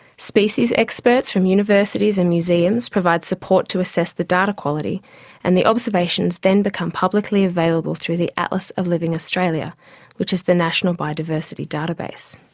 species experts from universities and museums provide support to assess the data quality and the observations then become publicly available through the atlas of living australia which is the national biodiversity database.